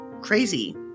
crazy